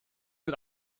mit